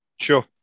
Sure